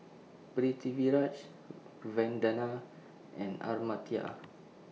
Vandana and Amartya